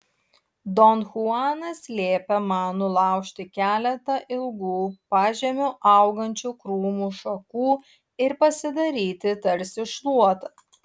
don chuanas liepė man nulaužti keletą ilgų pažemiu augančių krūmų šakų ir pasidaryti tarsi šluotą